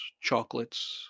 chocolates